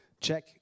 Check